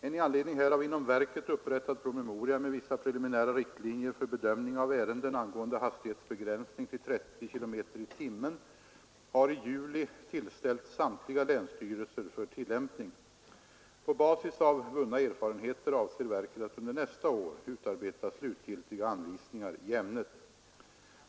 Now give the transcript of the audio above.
En i anledning härav inom verket upprättad promemoria med vissa preliminära riktlinjer för bedömning av ärenden angående hastighetsbegränsning till 30 km/tim har i juli tillställts samtliga länsstyrelser för tillämpning. På basis av vunna erfarenheter avser verket att under nästa år utarbeta slutgiltiga anvisningar i ämnet.